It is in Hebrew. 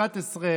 11,